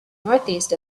northeast